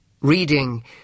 reading